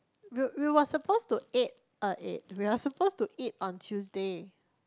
we we were supposed to ate uh ate we were supposed to eat on Tuesday